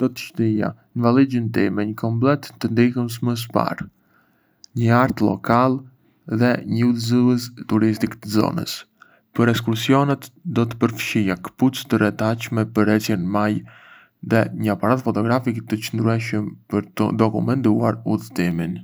Do të shtoja në valixhen time një komplet të ndihmës së parë, një hartë lokale, dhe një udhëzues turistik të zonës. Për ekskursionet, do të përfshija këpucë të rehatshme për ecje në mal dhe një aparat fotografik të çëndrueshëm për të dokumentuar udhëtimin.